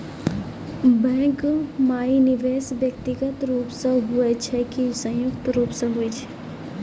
Bank माई निवेश व्यक्तिगत रूप से हुए छै की संयुक्त रूप से होय छै?